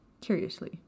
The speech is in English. curiously